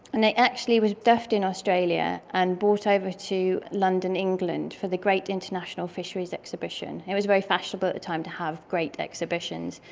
and it actually was stuffed in australia and brought over to london, england, for the great international fisheries exhibition. it was very fashionable at the time to have great exhibitions.